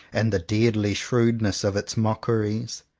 and the deadly shrewdness of its mockeries.